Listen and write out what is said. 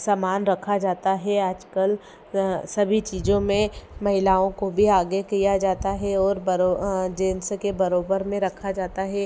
सामान रखा जाता है आजकल सभी चीज़ों में महिलाओं को भी आगे किया जाता है और बड़ों जेन्स के बराबर में रखा जाता है